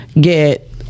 get